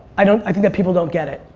i don't think the people don't get it.